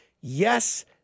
Yes